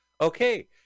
Okay